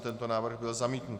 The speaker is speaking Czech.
Tento návrh byl zamítnut.